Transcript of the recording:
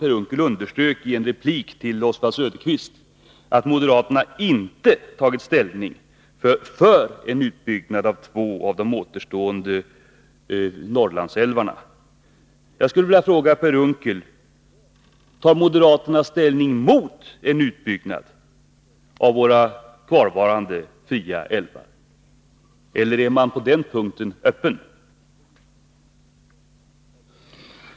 Per Unckel underströk i en replik till Oswald Söderqvist att moderaterna inte tagit ställning för en utbyggnad av två av de återstående Norrlandsälvarna. Jag skulle vilja fråga Per Unckel: Tar moderaterna ställning mot en utbyggnad av våra kvarvarande fria älvar, eller är man på den punkten öppen?